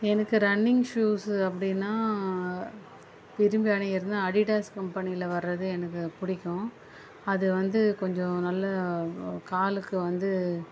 எனக்கு running shoes அப்படின்னா விரும்பி அணியுறதுன்னா அடிடாஸ் கம்பெனியில் வர்றது எனக்கு பிடிக்கும் அது வந்து கொஞ்சம் நல்ல காலுக்கு வந்து